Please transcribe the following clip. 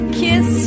kiss